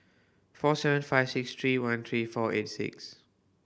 four seven five six three one three four eight six